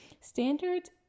standards